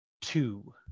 two